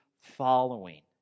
following